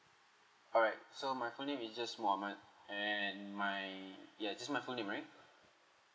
alright so my full name is just mohamad and my ya just my full name right